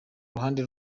ruhande